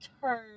turn